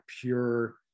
pure